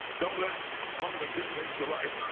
don't let hunger dictate your life!